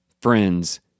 friends